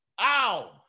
Ow